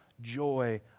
joy